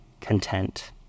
content